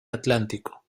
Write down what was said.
atlántico